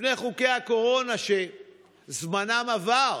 לפני חוקי הקורונה, שזמנם עבר,